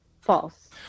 False